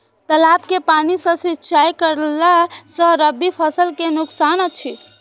तालाब के पानी सँ सिंचाई करला स रबि फसल के नुकसान अछि?